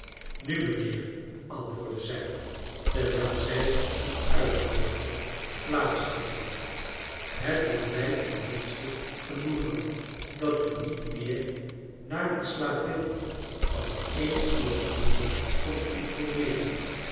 nu mijnheer antwoordde zij terwijl zij hem uitnoodigde plaats te nemen het doet mij ten minste genoegen dat u niet meer naar een slavin van een uwer vrienden komt informeeren